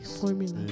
Formula